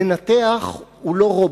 מנתח הוא לא רובוט.